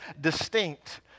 distinct